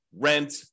rent